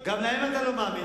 גם להם אתה לא מאמין.